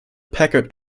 packard